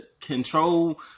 control